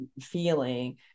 feeling